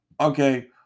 okay